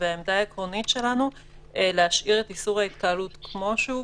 והעמדה העקרונית שלנו היא להשאיר את איסור ההתקהלות כמו שהוא,